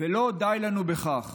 ולא די לנו בכך.